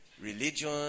religion